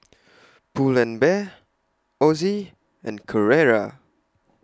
Pull and Bear Ozi and Carrera